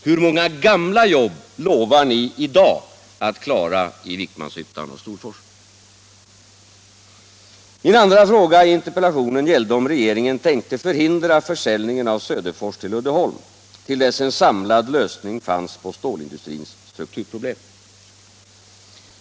Hur många gamla jobb lovar ni i dag att klara i Vikmans = strin, m.m. hyttan och Storfors? Min andra fråga i interpellationen gällde om regeringen tänkte förhindra försäljningen av Söderfors till Uddeholm, till dess en samlad lösning fanns på stålindustrins strukturproblem.